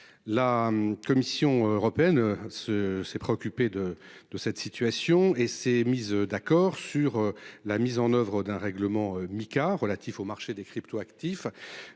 la commission européenne ce s'est préoccupé de de cette situation et s'est mise d'accord sur la mise en oeuvre d'un règlement Mica relatif au marché des crypto-actifs